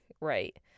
Right